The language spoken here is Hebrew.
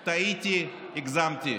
טעיתי, הגזמתי.